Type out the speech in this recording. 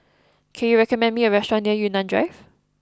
can you recommend me a restaurant near Yunnan Drive